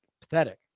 Pathetic